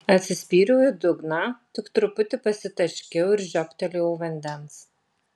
atsispyriau į dugną tik truputį pasitaškiau ir žiobtelėjau vandens